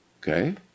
Okay